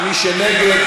ומי שנגד,